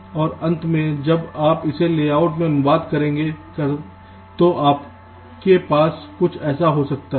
और अंत में जब आप इसे लेआउट में अनुवाद करते हैं तो आपके पास कुछ ऐसा हो सकता है